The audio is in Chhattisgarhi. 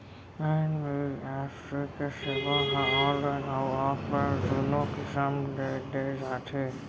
एन.ई.एफ.टी के सेवा ह ऑनलाइन अउ ऑफलाइन दूनो किसम ले दे जाथे